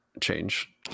change